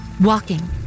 Walking